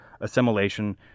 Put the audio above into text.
assimilation